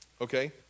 Okay